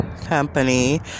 company